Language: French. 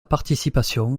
participation